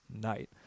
night